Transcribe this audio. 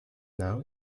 now